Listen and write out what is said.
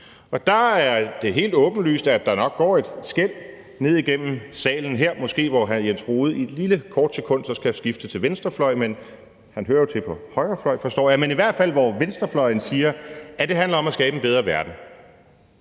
Og der er det helt åbenlyst, at der nok går et skel ned igennem salen her, måske hvor hr. Jens Rohde et lille, kort sekund så skal skifte til venstrefløjen, men han hører jo til på højrefløjen, forstår jeg, men i hvert fald hvor venstrefløjen siger, at det handler om at skabe en bedre verden,